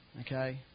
Okay